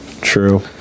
True